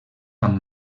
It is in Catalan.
amb